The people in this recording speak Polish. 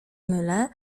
mylę